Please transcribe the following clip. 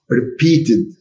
repeated